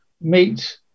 meet